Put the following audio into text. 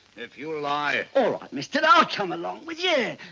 if you lie all right, mister. i'll come along with yeah